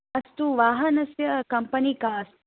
अस्तु वाहनस्य कम्पनी का अस्ति